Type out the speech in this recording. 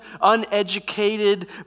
uneducated